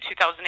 2008